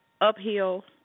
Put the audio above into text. uphill